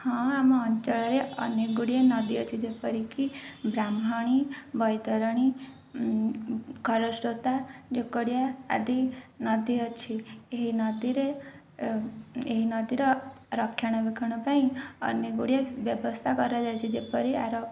ହଁ ଆମ ଅଞ୍ଚଳରେ ଅନେକ ଗୁଡ଼ିଏ ନଦୀ ଅଛି ଯେପରିକି ବ୍ରାହ୍ମଣୀ ବୈତରଣୀ ଖରସ୍ରୋତା ଢ଼େକଡ଼ିଆ ଆଦି ନଦୀ ଅଛି ଏହି ନଦୀରେ ଏ ଏହି ନଦୀର ରକ୍ଷଣାବେକ୍ଷଣ ପାଇଁ ଅନେକ ଗୁଡ଼ିଏ ବ୍ୟବସ୍ଥା କରାଯାଇଛି ଯେପରି ଆର